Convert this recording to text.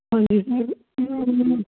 ਹਾਂਜੀ